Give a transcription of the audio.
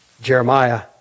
Jeremiah